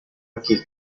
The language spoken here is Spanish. aquí